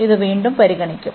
ഇത് വീണ്ടും പരിഗണിക്കും